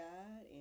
God